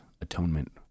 atonement